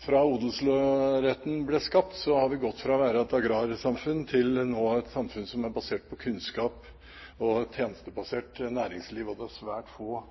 siden odelsretten ble skapt, har vi gått fra å være et agrarsamfunn til nå å være et samfunn som er basert på kunnskap og tjenestebasert næringsliv. Det er svært få,